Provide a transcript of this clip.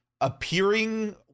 appearing